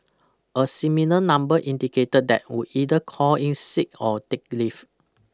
a similar number indicated that would either call in sick or take leave